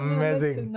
Amazing